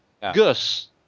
Gus